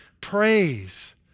Praise